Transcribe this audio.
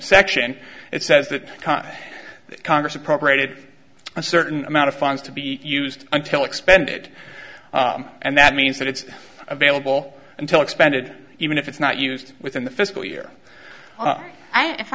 section it says that congress appropriated a certain amount of funds to be used until expended and that means that it's available until expended even if it's not used within the fiscal year